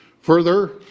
Further